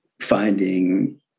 finding